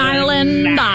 Island